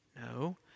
No